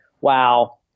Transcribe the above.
wow